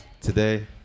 Today